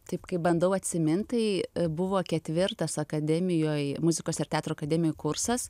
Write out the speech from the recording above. taip kai bandau atsimint tai buvo ketvirtas akademijoj muzikos ir teatro akademijoj kursas